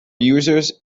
users